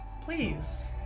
please